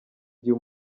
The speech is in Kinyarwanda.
gihe